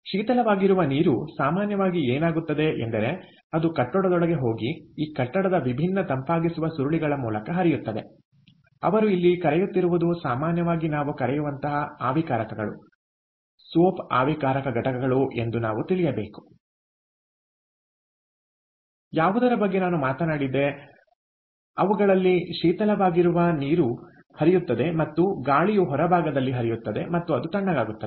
ಆದ್ದರಿಂದ ಶೀತಲವಾಗಿರುವ ನೀರು ಸಾಮಾನ್ಯವಾಗಿ ಏನಾಗುತ್ತದೆ ಎಂದರೆ ಅದು ಕಟ್ಟಡದೊಳಗೆ ಹೋಗಿ ಈ ಕಟ್ಟಡದ ವಿಭಿನ್ನ ತಂಪಾಗಿಸುವ ಸುರುಳಿಗಳ ಮೂಲಕ ಹರಿಯುತ್ತದೆ ಅವರು ಇಲ್ಲಿ ಕರೆಯುತ್ತಿರುವುದು ಸಾಮಾನ್ಯವಾಗಿ ನಾವು ಕರೆಯುವಂತಹ ಆವಿಕಾರಕಗಳು ಸೋಪ್ ಆವಿಕಾರಕ ಘಟಕಗಳು ಎಂದು ನಾವು ತಿಳಿಯಬೇಕು ಯಾವುದರ ಬಗ್ಗೆ ನಾನು ಮಾತನಾಡಿದ್ದೆ ಅವುಗಳಲ್ಲಿ ಶೀತಲವಾಗಿರುವ ನೀರು ಹರಿಯುತ್ತದೆ ಮತ್ತು ಗಾಳಿಯು ಹೊರಭಾಗದಲ್ಲಿ ಹರಿಯುತ್ತದೆ ಮತ್ತು ಅದು ತಣ್ಣಗಾಗುತ್ತದೆ